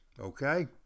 Okay